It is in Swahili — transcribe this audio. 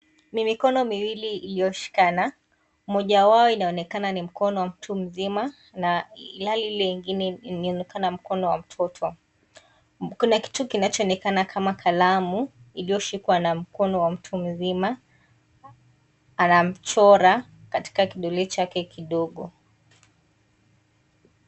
Ni mikono miwili iliyoshikana, moja wao inaonekana ni mkono wa mtu mzima na ilhali ile ingine inaonekana mkono wa mtoto. Kuna kitu kinachoonekana kama kalamu iliyoshikwa na mkono wa mtu mzima anamchora katika kidole chake kidogo.